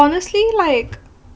honestly like